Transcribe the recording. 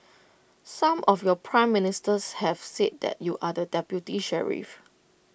some of your Prime Ministers have said that you are the deputy sheriff